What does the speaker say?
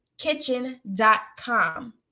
kitchen.com